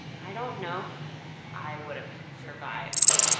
i don't know if i would have survived,